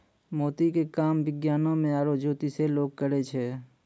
मोती के काम विज्ञानोॅ में आरो जोतिसें लोग करै छै